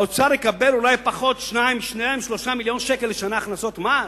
האוצר יקבל אולי פחות 3-2 מיליון שקל לשנה הכנסות מס?